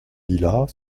lilas